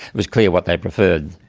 was clear what they preferred.